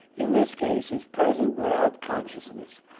in this case, is present without consciousness.